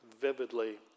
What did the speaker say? vividly